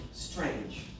strange